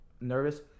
nervous